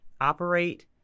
operate